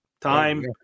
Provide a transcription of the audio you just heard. time